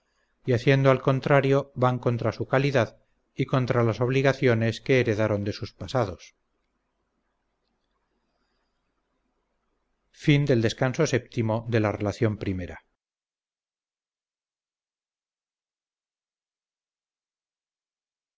y haciendo al contrario van contra su calidad y contra las obligaciones que heredaron de sus pasados